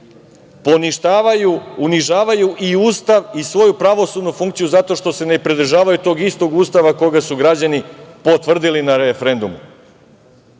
kazne. Poništavaju, unižavaju i Ustav i svoju pravosudnu funkciju zato što se ne pridržavaju tog istog Ustava koga su građani potvrdili na referendumu